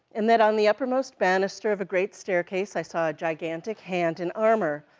and that on the uppermost banister of a great staircase, i saw a gigantic hand in armor.